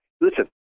listen